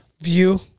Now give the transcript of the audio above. view